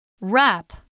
Wrap